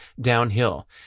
downhill